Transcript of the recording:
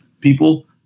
people